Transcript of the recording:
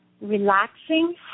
relaxing